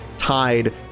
tied